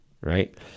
right